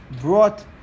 brought